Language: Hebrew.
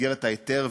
במסגרת ההיתר,